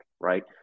right